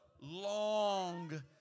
long